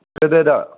ꯀꯗꯥꯏꯗ